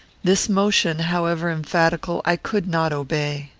this motion, however emphatical, i could not obey.